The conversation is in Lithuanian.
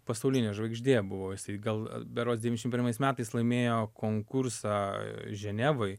pasaulinė žvaigždė buvo jisai gal berods devyniasdešim pirmais metais laimėjo konkursą ženevoj